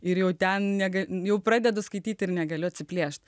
ir jau ten nega jau pradedu skaityti ir negaliu atsiplėšti